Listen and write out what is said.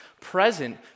present